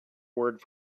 word